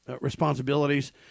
responsibilities